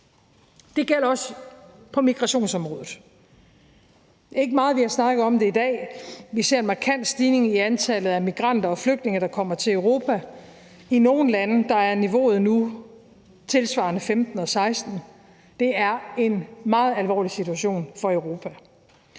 Det gælder også på migrationsområdet. Det er ikke meget, vi har snakket om det i dag. Vi ser en markant stigning i antallet af migranter og flygtninge, der kommer til Europa. I nogle lande er niveauet nu tilsvarende det, der var i 2015 og 2016. Det er en meget alvorlig situation for Europa.